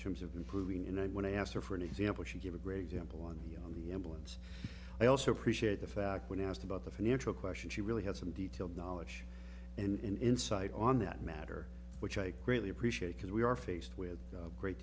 terms of improving and then when i asked her for an example she gave a great example on the on the imbalance i also appreciate the fact when asked about the financial question she really has some detailed knowledge and insight on that matter which i greatly appreciate because we are faced with a great